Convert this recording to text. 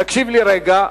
תקשיב לי רגע.